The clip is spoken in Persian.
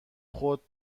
خود